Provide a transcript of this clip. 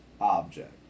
object